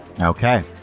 Okay